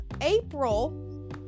april